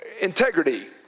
Integrity